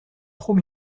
trop